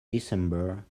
december